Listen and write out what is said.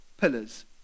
pillars